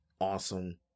awesome